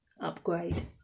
upgrade